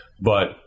But-